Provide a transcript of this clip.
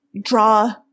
draw